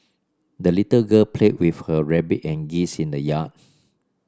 the little girl played with her rabbit and geese in the yard